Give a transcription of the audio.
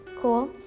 cool